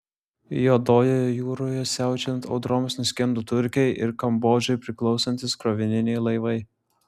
juodojoje jūroje siaučiant audroms nuskendo turkijai ir kambodžai priklausantys krovininiai laivai